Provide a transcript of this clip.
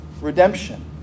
redemption